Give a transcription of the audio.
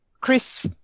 Chris